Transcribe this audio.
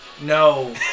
No